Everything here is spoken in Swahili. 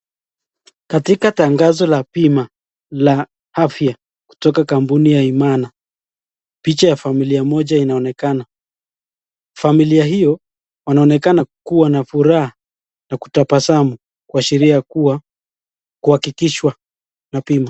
Katika tangazo la bima la afya kutoka kampuni ya Imana ,picha ya familia moja inaonekana , familia hio wanaonekana kuwa na furaha na kutabasamu kuashiria kuwa kuhakikishwa ya bima.